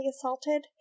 assaulted